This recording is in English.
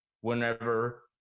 whenever